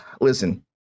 listen